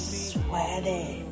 sweaty